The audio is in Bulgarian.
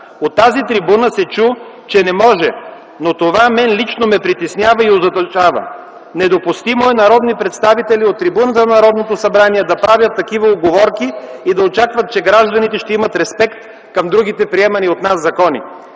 От тази трибуна се чу, че не може, но това мен лично ме притеснява и озадачава. Недопустимо е народни представители от трибуната на Народното събрание да правят такива уговорки и да очакват, че гражданите ще имат респект към другите приемани от нас закони.